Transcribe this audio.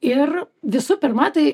ir visų pirma tai